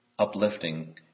uplifting